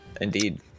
Indeed